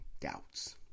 doubts